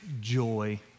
joy